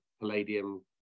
palladium